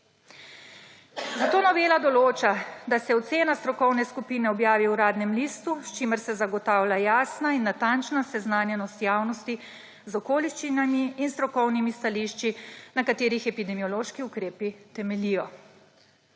Zato novela določa, da se ocena strokovne skupine objavi v Uradnem listu, s čimer se zagotavlja jasna in natančna seznanjenost javnosti z okoliščinami in strokovnimi stališči, na katerih epidemiološki ukrepi temeljijo.